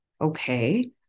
Okay